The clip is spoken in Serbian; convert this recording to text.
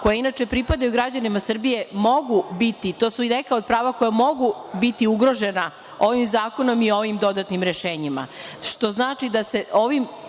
koja inače pripadaju građanima Srbije, mogu biti, to su i neka od prava koja mogu biti ugrožena ovim zakonom i ovim dodatnim rešenjima,